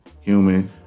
human